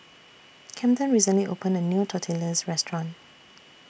Kamden recently opened A New Tortillas Restaurant